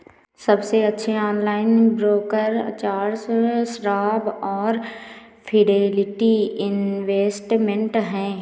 सबसे अच्छे online broker Charles Schwab और फिडेलिटी इन्वेस्टमेंट हैं